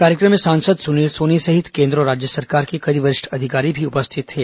कार्यक्रम में सांसद सुनील सोनी सहित केन्द्र और राज्य सरकार के कई वरिष्ठ अधिकारी भी उपस्थित थे